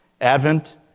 Advent